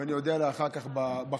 ואני אודה לה אחר כך בחוק.